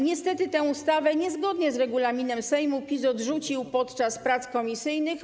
Niestety tę ustawę niezgodnie z regulaminem Sejmu PiS odrzucił podczas prac komisyjnych.